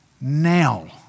now